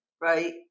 Right